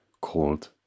called